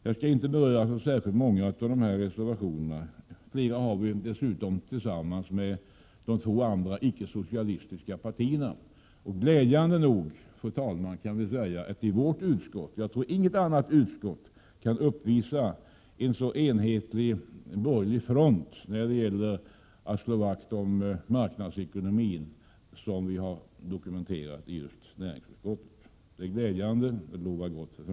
Jag tänker inte beröra särskilt många av dessa reservationer. Flera av dem har vi dessutom tillsammans med de två andra icke-socialistiska partierna. Man kan nog säga man inte i något annat utskott visar upp en så enhetlig front när det gäller att slå vakt om marknadsekonomin som just vi i näringsutskottet gör.